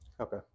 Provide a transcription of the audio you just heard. Okay